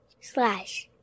slash